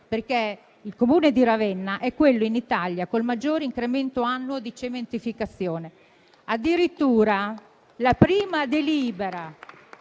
perché il Comune di Ravenna è quello in Italia col maggiore incremento annuo di cementificazione. Addirittura la prima delibera